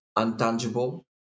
intangible